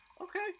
Okay